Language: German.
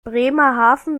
bremerhaven